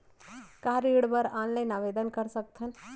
का ऋण बर ऑनलाइन आवेदन कर सकथन?